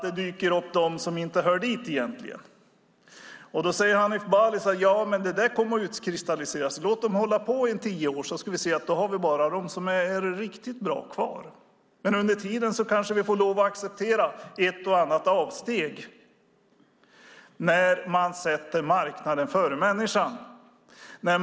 Det dyker upp sådana företag som egentligen inte hör dit. Hanif Bali säger att det kommer att utkristallisera sig. Låt dem hålla på i tio år så har vi bara de som är riktigt bra kvar. Under tiden kanske vi får lov att acceptera ett och annat avsteg när man sätter marknaden före människan.